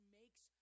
makes